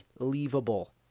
unbelievable